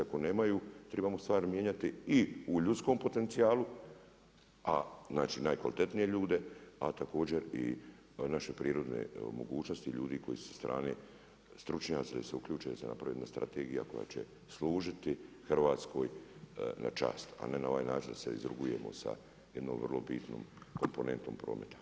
Ako nemaju tribamo stvari mijenjati i u ljudskom potencijalu, znači najkvalitetnije ljude, a također i naše prirodne mogućnosti ljudi koji su sa strane stručnjaci da se uključe, da se napravi jedna strategija koja će služiti Hrvatskoj na čast, a ne na ovaj način da se izrugujemo sa jednom vrlo bitnom komponentom prometa.